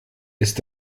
ist